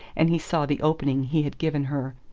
and he saw the opening he had given her.